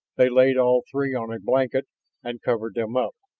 they laid all three on a blanket and covered them up.